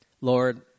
lord